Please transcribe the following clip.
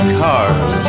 cars